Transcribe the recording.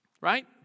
Right